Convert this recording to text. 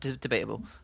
Debatable